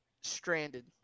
stranded